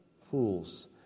Fools